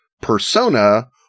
persona